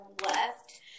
left